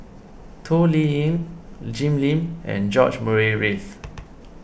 Toh Liying Jim Lim and George Murray Reith